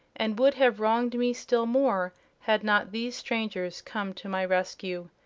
and would have wronged me still more had not these strangers come to my rescue.